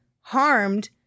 harmed